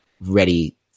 ready